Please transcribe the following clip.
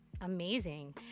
amazing